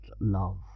love